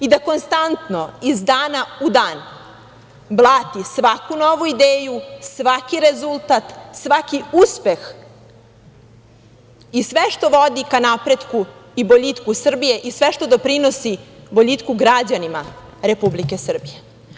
I da konstantno, iz dana u dan, blati svaku novu ideju, svaki rezultat, svaki uspeh i sve što vodi ka napretku i boljitku Srbije, i sve što doprinosi boljitku građanima Republike Srbije.